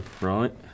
right